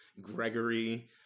gregory